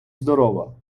здорова